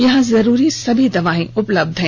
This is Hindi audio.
यहां जरूरी सभी दवाएं उपलब्ध हैं